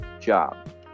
job